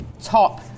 top